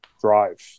drive